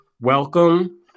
welcome